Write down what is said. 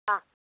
ಹಾಂ